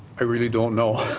i really don't know.